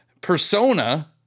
Persona